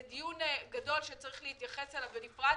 זה דיון גדול שצריך להתייחס אליו בנפרד,